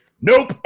Nope